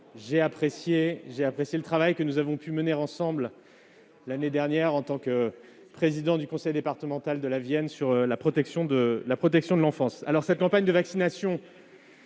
j'ai apprécié le travail que nous avons pu mener ensemble l'année dernière, alors que vous étiez président du conseil départemental de la Vienne, sur la protection de l'enfance. La campagne de vaccination